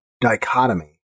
dichotomy